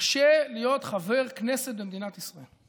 קשה להיות חבר כנסת במדינת ישראל.